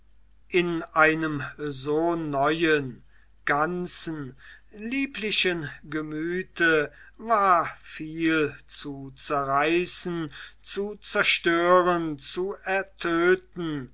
in einem so neuen ganzen lieblichen gemüte war viel zu zerreißen zu zerstören zu ertöten